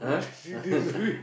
uh